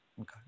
Okay